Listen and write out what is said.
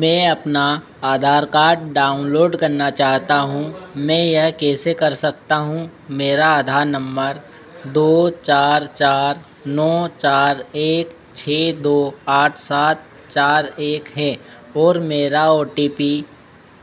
मैं अपना Aadhaar card download करना चाहता हूँ मैं यह कैसे कर सकता हूँ मेरा आधार नंबर दो चार चार नौ चार एक छः दो आठ सात चार एक है और मेरा ओ टी पी